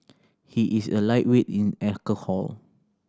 he is a lightweight in alcohol